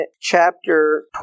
chapter